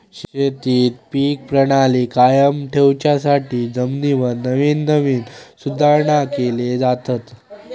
शेतीत पीक प्रणाली कायम ठेवच्यासाठी जमिनीवर नवीन नवीन सुधारणा केले जातत